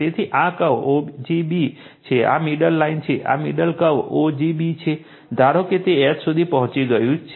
તેથી આ curve ogb છે આ મિડલ લાઇન છે આ મિડલ કર્વ ogb છે ધારો કે તે H સુધી પહોંચી ગયુ છે